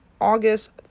August